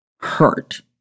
hurt